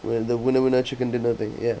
when the winner winner chicken dinner thing ya